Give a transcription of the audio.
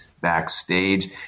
backstage